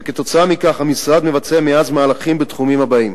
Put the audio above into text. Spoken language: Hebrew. וכתוצאה מכך המשרד מבצע מאז מהלכים בתחומים הבאים: